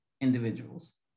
individuals